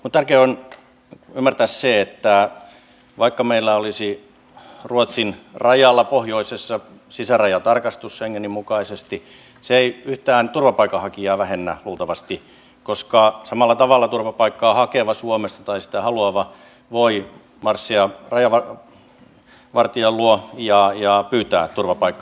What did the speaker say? mutta tärkeää on ymmärtää se että vaikka meillä olisi ruotsin rajalla pohjoisessa sisärajatarkastus schengenin mukaisesti se ei luultavasti yhtään vähennä turvapaikanhakijoita koska samalla tavalla turvapaikkaa hakeva tai sitä haluava suomessa voi marssia rajavartijan luo ja pyytää turvapaikkaa